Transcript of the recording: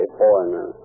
foreigner